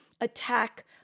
attack